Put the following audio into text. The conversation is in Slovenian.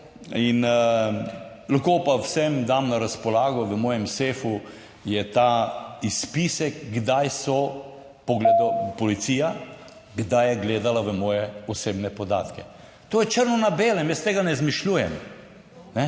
In lahko pa vsem dam na razpolago, v mojem sefu je ta izpisek, kdaj so policija, kdaj je gledala v moje osebne podatke. To je črno na belem, jaz si tega ne izmišljujem. In